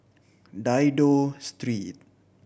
Dido Street